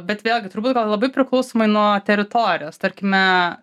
bet vėlgi turbūt gal labai priklausomai nuo teritorijos tarkime